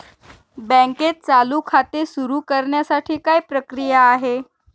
बँकेत चालू खाते सुरु करण्यासाठी काय प्रक्रिया आहे?